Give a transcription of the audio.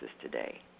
today